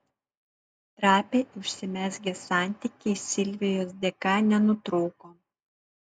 trapiai užsimezgę santykiai silvijos dėka nenutrūko